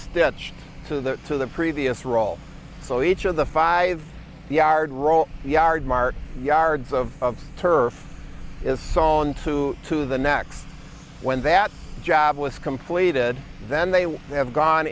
stench to the to the previous roll so each of the five yard roll yard mark yards of turf is sawn two to the next when that job was completed then they would have gone